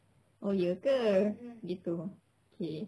oh iya ke gitu okay